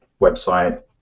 website